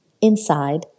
inside